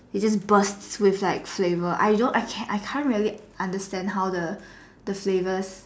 it's just burst with like flavour I don't really I can't really understand the flavours